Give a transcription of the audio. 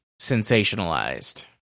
sensationalized